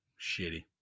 Shitty